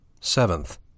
Seventh